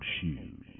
shoes